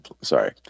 sorry